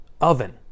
oven